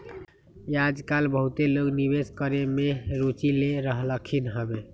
याजकाल बहुते लोग निवेश करेमे में रुचि ले रहलखिन्ह हबे